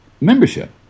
membership